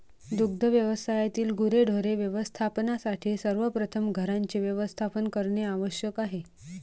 दुग्ध व्यवसायातील गुरेढोरे व्यवस्थापनासाठी सर्वप्रथम घरांचे व्यवस्थापन करणे आवश्यक आहे